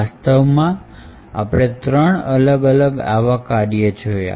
વાસ્તવમાં આપણે ત્રણ અલગ અલગ આવા કાર્ય જોયા